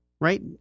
right